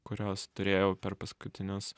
kuriuos turėjau per paskutinius